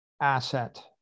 asset